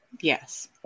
Yes